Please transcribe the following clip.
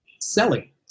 selling